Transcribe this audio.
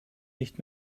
nicht